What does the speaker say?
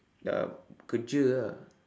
ya kerja ah